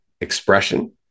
expression